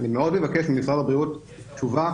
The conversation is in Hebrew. אני מאוד אבקש ממשרד הבריאות תשובה,